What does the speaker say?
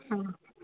ஆ